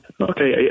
Okay